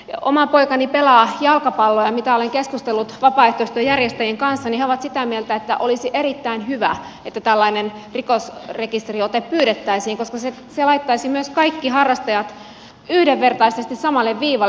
oma poikani pelaa jalkapalloa ja mitä olen keskustellut vapaaehtoisten järjestäjien kanssa niin he ovat sitä mieltä että olisi erittäin hyvä että tällainen rikosrekisteriote pyydettäisiin koska se laittaisi myös kaikki harrastajat yhdenvertaisesti samalle viivalle